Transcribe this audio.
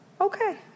Okay